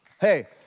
Hey